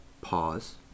pause